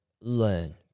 Learn